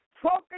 Focus